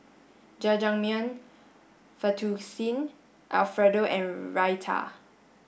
Jajangmyeon Fettuccine Alfredo and Raita